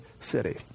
city